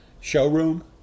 showroom